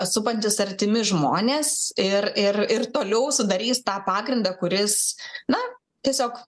supantis artimi žmonės ir ir ir toliau sudarys tą pagrindą kuris na tiesiog